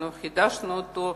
חידשנו אותו.